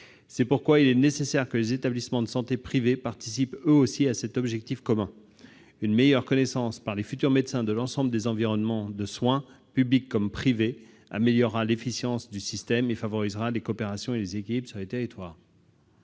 C'est pourquoi il est nécessaire que les établissements de santé privés participent eux aussi à cet objectif commun. Une meilleure connaissance par les futurs médecins de l'ensemble des environnements de soins, publics comme privés, améliorera l'efficience du système et favorisera les coopérations et les équilibres sur les territoires.